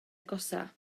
agosaf